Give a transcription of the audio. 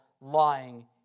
lying